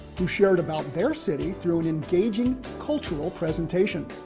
who shared about their city through an engaging cultural presentation.